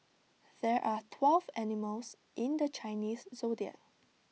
there are twelve animals in the Chinese Zodiac